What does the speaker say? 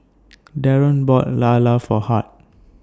Daren bought Lala For Hart